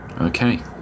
Okay